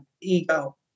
ego